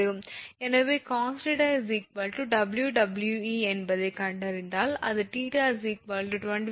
எனவே cos𝜃 𝑊𝑊𝑒 என்பதை கண்டறிந்தால் அது 𝜃 25